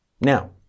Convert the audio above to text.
Now